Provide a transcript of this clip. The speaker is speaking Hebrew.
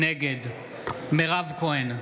נגד מירב כהן,